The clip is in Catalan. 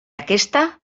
aquesta